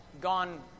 gone